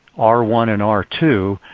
r one and r two,